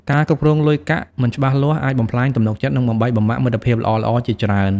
ការគ្រប់គ្រងលុយកាក់មិនច្បាស់លាស់អាចបំផ្លាញទំនុកចិត្ត និងបំបែកបំបាក់មិត្តភាពល្អៗជាច្រើន ។